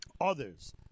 others